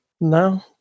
No